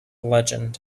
legend